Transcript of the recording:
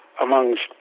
amongst